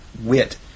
wit